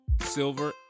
silver